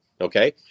Okay